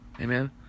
amen